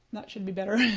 that should be better.